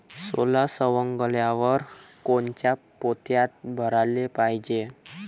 सोला सवंगल्यावर कोनच्या पोत्यात भराले पायजे?